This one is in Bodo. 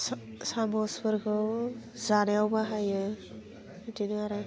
सामसफोरखौ जानायाव बाहायो बिदिनो आरो